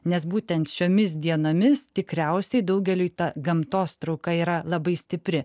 nes būtent šiomis dienomis tikriausiai daugeliui ta gamtos trauka yra labai stipri